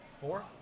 four